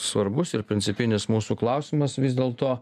svarbus ir principinis mūsų klausimas vis dėlto